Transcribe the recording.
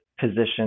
position